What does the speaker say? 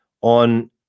on